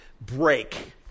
break